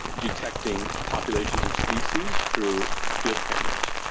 detecting populations of species through field cameras.